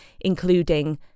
including